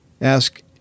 ask